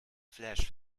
flash